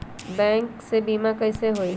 Bank से बिमा कईसे होई?